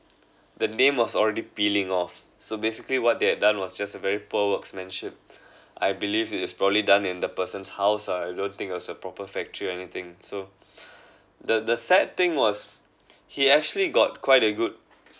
the name was already peeling off so basically what they had done was just a very poor workmanship I believe it's probably done in the person's house I don't think it's a proper factory or anything so the the sad thing was he actually got quite a good